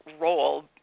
role